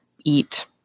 eat